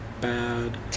bad